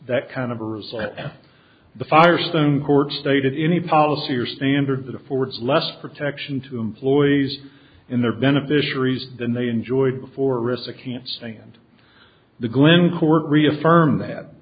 that kind of or the firestone court stated any policy or standard that affords less protection to employees in their beneficiaries than they enjoyed before ressa can't stand the glenn court reaffirm that